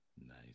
Nice